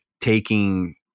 taking